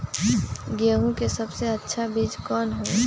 गेंहू के सबसे अच्छा कौन बीज होई?